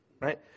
Right